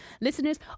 Listeners